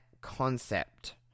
concept